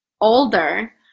older